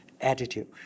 attitude